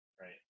right